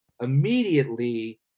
immediately